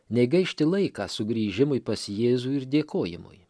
nei gaišti laiką sugrįžimui pas jėzų ir dėkojimui